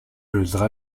courageuse